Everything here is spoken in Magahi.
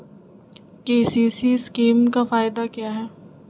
के.सी.सी स्कीम का फायदा क्या है?